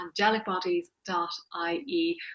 angelicbodies.ie